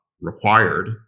required